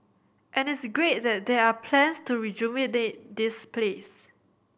and it's great that there are plans to rejuvenate this place